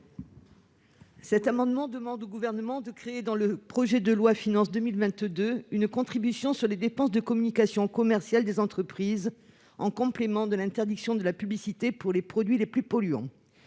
Cet amendement tend à demander au Gouvernement de créer dans le projet de loi de finances pour 2022 une contribution sur les dépenses de communication commerciale des entreprises, en complément de l'interdiction de la publicité pour les produits les plus polluants.